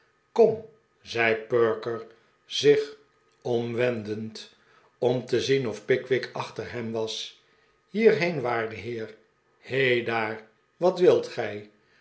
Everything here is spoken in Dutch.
kom zei perker zich omwendend om te zien of pickwick achter hem was hierheen waarde heer he daar wat wilt gij